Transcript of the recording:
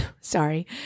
sorry